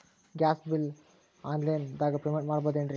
Gas bill online ದಾಗ payment ಮಾಡಬೋದೇನ್ರಿ?